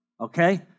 okay